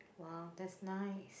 !wow! that's nice